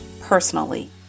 personally